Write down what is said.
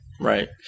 Right